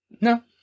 No